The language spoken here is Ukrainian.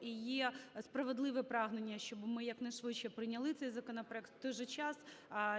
і є справедливе прагнення, щоб ми якнайшвидше прийняли цей законопроект. В той же час,